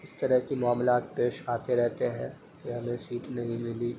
اس طرح کی معاملات پیش آتے رہتے ہیں کہ ہمیں سیٹ نہیں ملی